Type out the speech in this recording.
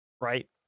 Right